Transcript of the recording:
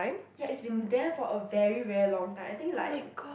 ya it's been there for a very very long time I think like